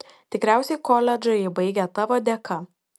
tikriausiai koledžą ji baigė tavo dėka